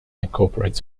incorporates